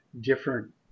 Different